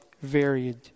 varied